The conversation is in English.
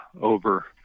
over